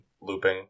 looping